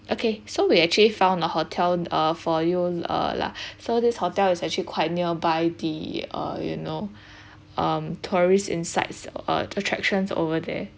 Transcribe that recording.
okay so we actually found a hotel uh for you uh lah so this hotel is actually quite nearby the uh you know um tourist insights uh attractions over there